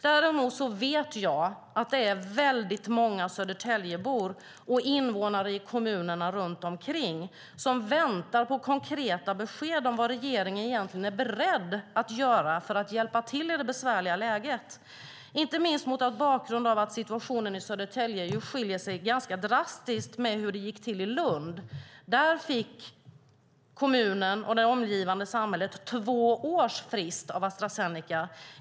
Däremot vet jag att det är väldigt många Södertäljebor och invånare i kommunerna runt omkring som väntar på konkreta besked om vad regeringen egentligen är beredd att göra för att hjälpa till i det besvärliga läget, inte minst mot bakgrund av att situationen i Södertälje skiljer sig ganska drastiskt från hur det gick till i Lund. Där fick kommunen och det omgivande samhället två års frist av Astra Zeneca.